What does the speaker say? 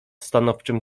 stanowczym